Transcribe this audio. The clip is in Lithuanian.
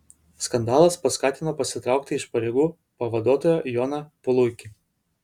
skandalas paskatino pasitraukti iš pareigų pavaduotoją joną puluikį